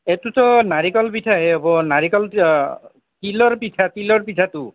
এইটোতো নাৰিকল পিঠাহে হ'ব নাৰিকলটো তিলৰ পিঠা তিলৰ পিঠাটো